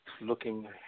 looking